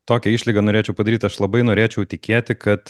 tokią išlygą norėčiau padaryt aš labai norėčiau tikėti kad